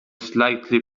slightly